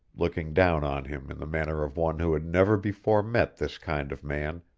looking down on him in the manner of one who had never before met this kind of man,